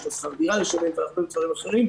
יש לו שכר דירה לשלם והרבה דברים אחרים.